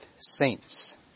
saints